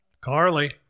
Carly